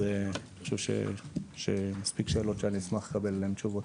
אז אני חושב שהצגתי מספיק שאלות ואשמח לקבל עליהן תשובות.